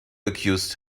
accused